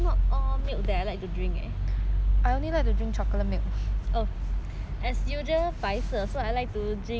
oh as usual 白色 so I like to drink original flavour